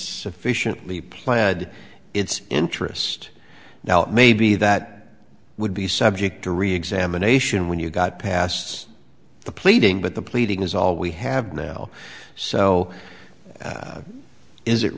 sufficiently planted its interest now maybe that would be subject to reexamination when you got past the pleading but the pleading is all we have now so is it